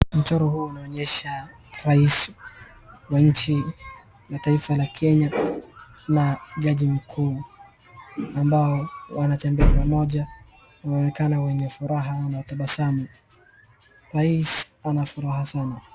Mchoro huu unaonyesha rais wa nchi na taifa la Kenya na jaji mkuu ambao wanatembea pamoja, wanaonekana wenye furaha na wanatabasamu. Rais ana furaha sana.